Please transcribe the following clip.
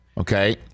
Okay